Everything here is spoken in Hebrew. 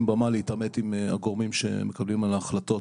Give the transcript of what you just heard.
במה להתעמת עם הגורמים שמקבלים החלטות.